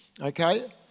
Okay